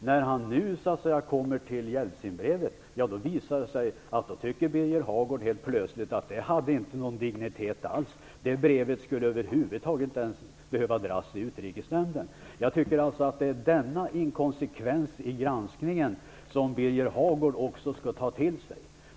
När det nu gäller brevet till Jeltsin, visar det sig att Birger Hagård helt plötsligt tycker att det inte hade någon dignitet alls och att det brevet över huvud taget inte skulle behöva dras i Utrikesnämnden. Denna inkonsekvens i granskningen tycker jag att Birger Hagård skall ta till sig.